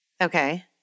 Okay